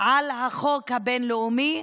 על החוק הבין-לאומי,